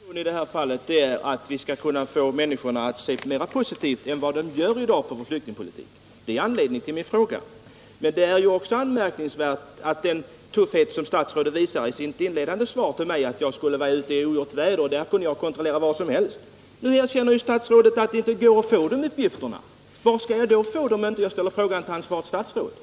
Herr talman! Min ambition i det här fallet är att vi skall kunna få människorna att se mera positivt på vår flyktingpolitik än vad de gör i dag. Det är anledningen till min fråga. Men det är anmärkningsvärt att den twuffhet som statsrådet visar i sitt inledande svar nu har försvunnit. Han säger först att jag skulle vara ute i ogjort väder och att jag borde kunna kontrollera vad som helst. Nu erkänner statsrådet att det inte går att få uppgifterna från resebyråerna. Hur skall jag då få dem, om inte genom att ställa frågan till det ansvariga statsrådet?